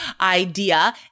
idea